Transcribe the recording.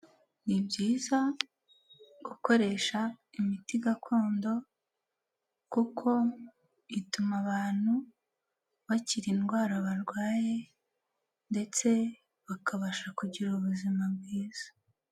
Ni byiza gukoresha imiti gakondo kuko ituma abantu bakira indwara barwaye ndetse bakabasha kugira ubuzima bwiza.